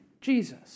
jesus